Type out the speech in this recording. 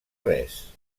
res